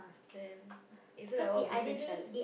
then is it like what buffet style